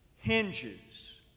hinges